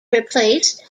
replaced